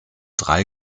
drei